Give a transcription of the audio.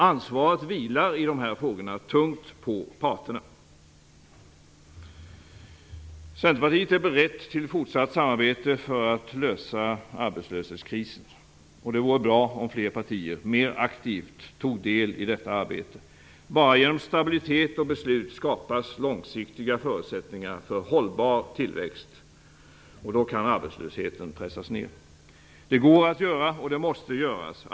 Ansvaret vilar i dessa frågor tungt på parterna. Centerpartiet är berett till fortsatt samarbete för att lösa arbetslöshetskrisen, och det vore bra om fler partier mer aktivt tog del i detta arbete. Bara genom stabilitet och beslut skapas långsiktiga förutsättningar för hållbar tillväxt. Då kan arbetslösheten pressas ned. Det går att göra, och det måste göras.